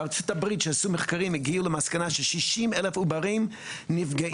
בארצות הברית שעשו מחקרים הגיעו למסקנה ש-60 אלף עוברים נפגעים